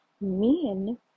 men